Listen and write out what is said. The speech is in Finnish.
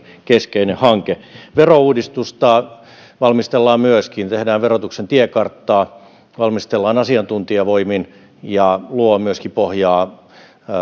keskeinen hanke verouudistusta valmistellaan myöskin tehdään verotuksen tiekarttaa valmistellaan asiantuntijavoimin ja se luo myöskin pohjaa